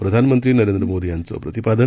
प्रधानमंत्री नरेंद्र मोदी यांचं प्रतिपादन